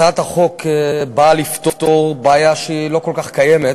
הצעת החוק באה לפתור בעיה שלא כל כך קיימת.